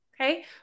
okay